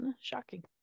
Shocking